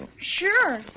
Sure